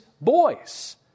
boys